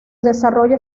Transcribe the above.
desarrollo